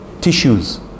tissues